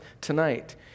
tonight